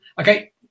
okay